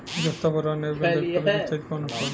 जस्ता बोरान ऐब गंधक के कमी के क्षेत्र कौन कौनहोला?